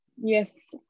Yes